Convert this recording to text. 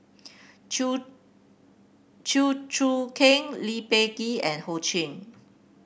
Chew Chew Choo Keng Lee Peh Gee and Ho Ching